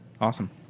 awesome